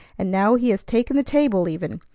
and now he has taken the table even!